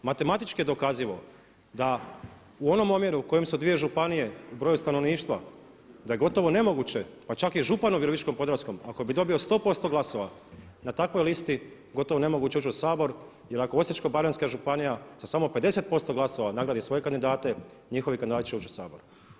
Matematički je dokazivo da u onom omjeru u kojem se dvije županije po broju stanovništva da je gotovo nemoguće pa čak i županu Virovitičko-podravskom ako bi dobio 100% glasova na takvoj listi gotovo nemoguće ući u Sabor jer ako Osječko-baranjska županija sa samo 50% glasova nagradi svoje kandidate njihovi kandidati će ući u Sabor.